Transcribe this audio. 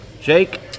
Jake